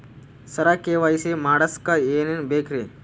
ಸರ KYC ಮಾಡಸಕ್ಕ ಎನೆನ ಬೇಕ್ರಿ?